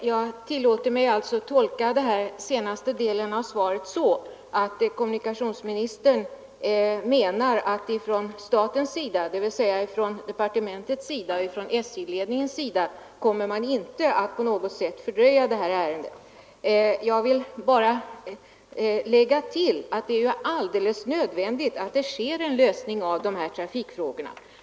Herr talman! Jag tolkar den senare delen av svaret så att kommunikationsministern menar att man från statens sida, dvs. från departementets och SJ-ledningens sida, inte kommer att på något sätt fördröja detta ärende. Jag vill bara tillägga att det är alldeles nödvändigt att denna trafikfråga blir löst.